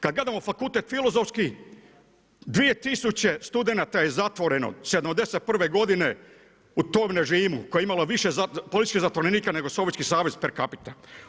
Kad gledamo fakultet Filozofski, 2 tisuće studenata je zatvorena '71. godine u tom režimu koje imalo više poljskih zatvorenika nego Sovjetski savez per capita.